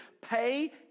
pay